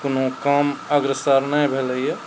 कोनो काम अग्रसर नहि भेलइए